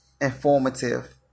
informative